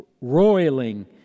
roiling